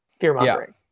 fear-mongering